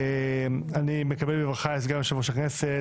אני מקדם בברכה את סגן יושב-ראש הכנסת,